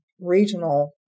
regional